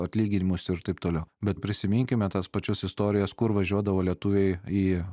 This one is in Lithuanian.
atlyginimus ir taip toliau bet prisiminkime tas pačias istorijas kur važiuodavo lietuviai į